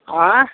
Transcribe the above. आएँ